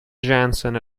jansen